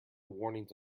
warnings